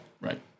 Right